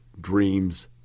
dreams